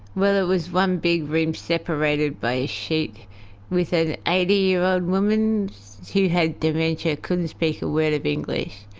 well, it was one big room separated by a sheet with an eighty year old women. she had dementia, couldn't speak a word of english.